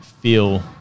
feel